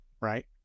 right